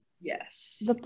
Yes